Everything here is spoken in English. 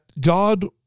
god